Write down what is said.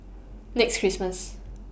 next Christmas